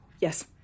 Yes